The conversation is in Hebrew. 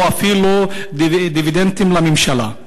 או אפילו לדיבידנדים לממשלה.